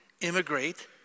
immigrate